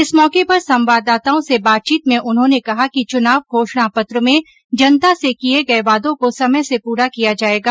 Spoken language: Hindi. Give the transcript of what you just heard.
इस मौके पर संवाददाताओं से बातचीत में उन्होंने कहा कि चुनाव घोषणा पत्र में जनता से किये गये वादों को समय से पूरा किया जायेगा